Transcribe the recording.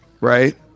right